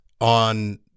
on